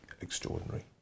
extraordinary